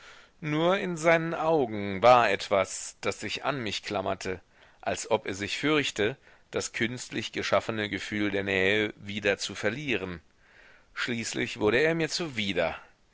nur in seinen augen war etwas das sich an mich klammerte als ob er sich fürchte das künstlich geschaffene gefühl der nähe wieder zu verlieren schließlich wurde er mir zuwider